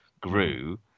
grew